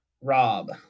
Rob